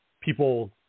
people